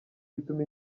bituma